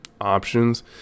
options